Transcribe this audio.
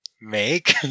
make